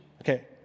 Okay